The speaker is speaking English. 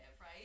right